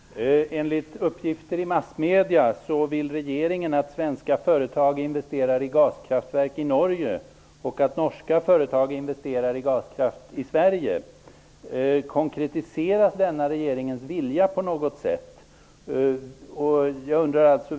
Fru talman! Enligt uppgifter i massmedierna vill regeringen att svenska företag investerar i gaskraftverk i Norge och att norska företag investerar i gaskraft i Sverige. Konkretiseras denna regerings vilja på något sätt?